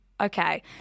okay